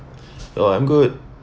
oh I'm good